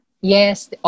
Yes